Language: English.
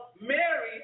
Mary